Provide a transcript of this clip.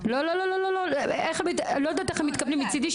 אני לא יודעת איך הם מתכוונים מצידי,